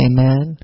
Amen